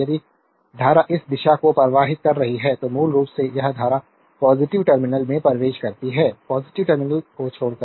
यदि धारा इस दिशा को प्रवाहित कर रही है तो मूल रूप से यह धारा टर्मिनल में प्रवेश करती है टर्मिनल को छोड़कर